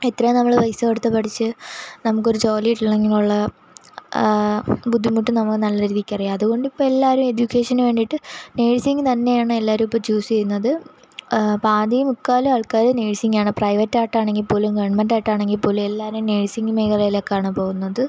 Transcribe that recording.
എത്രയോ നമ്മൾ പൈസ കൊടുത്ത് പഠിച്ച് നമ്മൾക്കൊരു ജോലി ഇല്ലെങ്കിലുള്ള ബുദ്ധിമുട്ട് നമ്മൾക്ക് നല്ല രീതിക്കറിയാം അതുകൊണ്ടിപ്പോൾ എല്ലാവരും എഡ്യൂക്കേഷന് വേണ്ടിയിട്ട് നേഴ്സിങ്ങ് തന്നെയാണ് എല്ലാവരും ഇപ്പോൾ ചൂസ് ചെയ്യുന്നത് പാതി മുക്കാലും ആൾക്കാർ നേഴ്സിങ്ങാണ് പ്രൈവറ്റായിട്ട് ആണെങ്കിൽപ്പോലും ഗവൺമെൻ്റായിട്ട് ആണെങ്കിൽപ്പോലും എല്ലാവരും നേഴ്സിങ്ങ് മേഖലയിലേക്കാണ് പോകുന്നത്